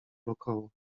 wokoło